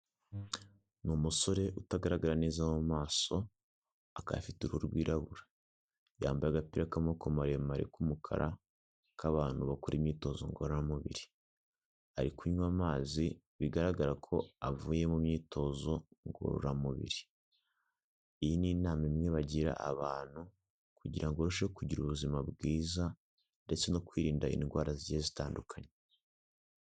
Ni umusore utagaragara neza mu maso, akaba afite uru rwirabura, yambaye agapira k'amamoboko maremare k'umukara k'abantu bakora imyitozo ngororamubiri, ari kunywa amazi bigaragara ko avuye mu myitozo ngororamubiri, iyi ni inama imwe bagira abantu kugira ngo barusheho kugira ubuzima bwiza ndetse no kwirinda indwara zigiye zitandukanye.